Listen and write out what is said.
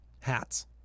Hats